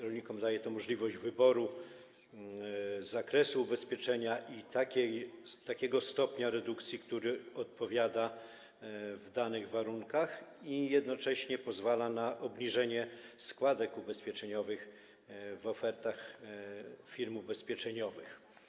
Rolnikom daje to możliwość wyboru zakresu ubezpieczenia i takiego stopnia redukcji, który odpowiada im w danych warunkach i jednocześnie pozwala na obniżenie składek ubezpieczeniowych w ofertach firm ubezpieczeniowych.